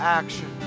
action